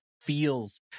feels